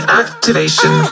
activation